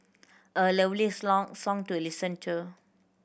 a lovely song to listen to